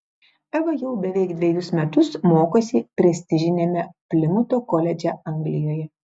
eva jau beveik dvejus metus mokosi prestižiniame plimuto koledže anglijoje